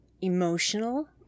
emotional